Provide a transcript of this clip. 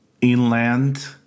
inland